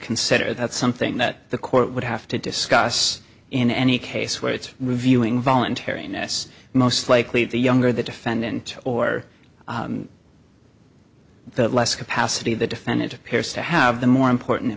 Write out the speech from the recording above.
consider that's something that the court would have to discuss in any case where it's reviewing voluntariness most likely the younger the defendant or that less capacity the defendant appears to have the more important